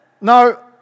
No